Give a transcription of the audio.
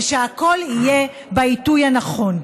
ושהכול יהיה בעיתוי הנכון.